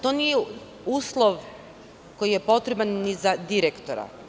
To nije uslov koji je potreban ni za direktora.